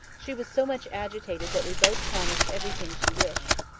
she was so much agitated that we both promised everything she wished.